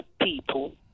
people